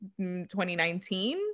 2019